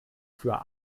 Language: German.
für